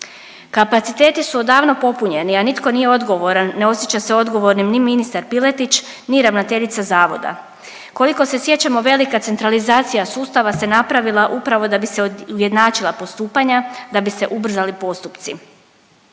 Kapaciteti su odavno popunjeni, a nitko nije odgovoran, ne osjeća se odgovornim ni ministar Piletić ni ravnateljica zavoda. Koliko se sjećamo, velika centralizacija sustava se napravila upravo da bi se ujednačila postupanja, da bi se ubrzali postupci.